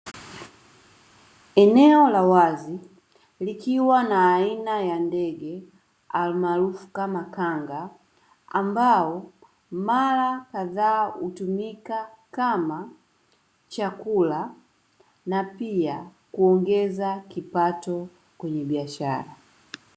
Eneo la wazi likiwa na aina ya ndege alimarufu kama kanga, ambao mara kadhaa hutumika kama chakula na pia kuongeza kipato kwenye biashara.